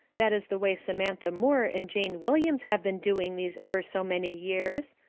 that is the way samantha moore and jane williams have been doing these ever so many years.